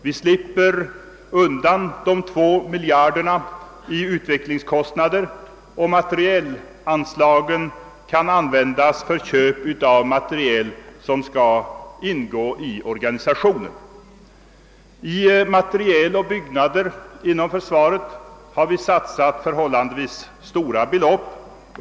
Vi slipper undan de 2 miljarderna i utvecklingskostnader, och materielanslagen kan användas för inköp av materiel som skall ingå i organisationen. I materiel och byggnader för försvaret har vi satsat förhållandevis stora belopp.